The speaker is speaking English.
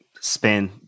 spend